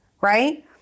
right